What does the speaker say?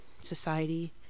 society